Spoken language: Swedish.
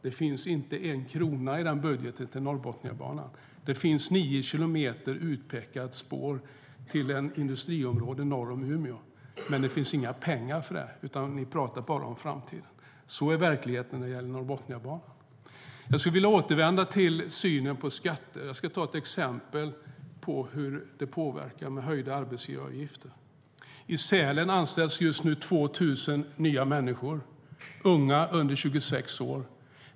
Det finns inte en krona i er budget till Norrbotniabanan. Det finns nio kilometer utpekat spår till ett industriområde norr om Umeå. Men det finns inga pengar till det, utan ni talar bara om framtiden. Sådan är verkligheten när det gäller Norrbotniabanan. Låt mig återvända till synen på skatter och ta ett exempel på hur höjda arbetsgivaravgifter påverkar. I Sälen anställs just nu 2 000 unga under 26 år.